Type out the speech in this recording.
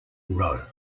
row